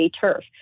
turf